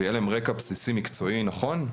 ויהיה להם רקע בסיסי מקצועי נכון,